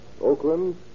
Oakland